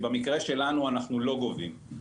שבמקרה שלנו אנחנו לא גובים.